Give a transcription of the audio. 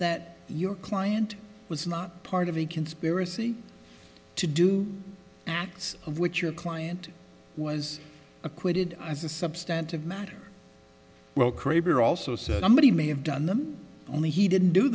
that your client was not part of a conspiracy to do acts of which your client was acquitted as a substantive matter well craig you are also somebody may have done them only he didn't do